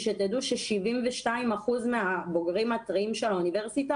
תדעו ש-72% מן הבוגרים הטריים של האוניברסיטה